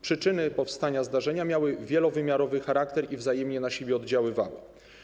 Przyczyny powstania zdarzenia miały wielowymiarowy charakter i wzajemnie na siebie oddziaływały.